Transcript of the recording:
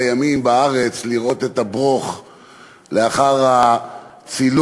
ימים בארץ לראות את הברוֹךְ לאחר הצילום,